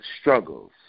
struggles